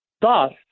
Thus